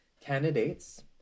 candidates